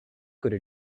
could